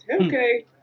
Okay